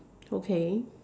okay